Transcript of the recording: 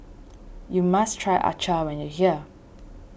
you must try Acar when you are here